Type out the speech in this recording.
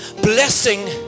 blessing